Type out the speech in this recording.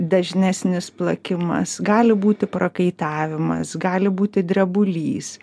dažnesnis plakimas gali būti prakaitavimas gali būti drebulys